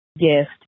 Gift